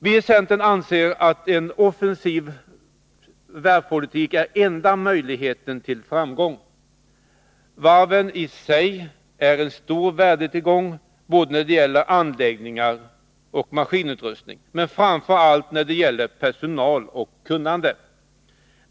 Vi i centern anser att en offensiv varvspolitik är enda möjligheten till framgång. Varveri sig är en stor värdetillgång både vad gäller anläggningar och maskinutrustning, men framför allt när det gäller personal och kunnande.